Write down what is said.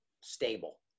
stable